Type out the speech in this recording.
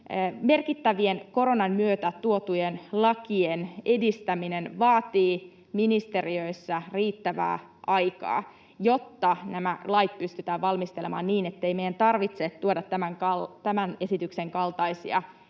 merkittävien koronan myötä tuotujen lakien edistäminen vaatii ministeriöissä riittävää aikaa, jotta nämä lait pystytään valmistelemaan niin, ettei meidän tarvitse tuoda tämän esityksen kaltaisia